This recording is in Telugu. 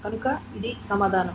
కనుక ఇది సమాధానం